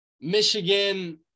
Michigan